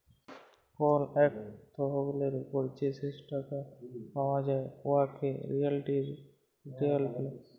call ইকট তহবিলের উপর যে শেষ টাকা পাউয়া যায় উয়াকে রিলেটিভ রিটার্ল ব্যলে